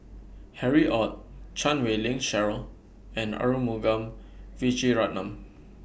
Harry ORD Chan Wei Ling Cheryl and Arumugam Vijiaratnam